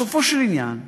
בסופו של עניין,